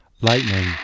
lightning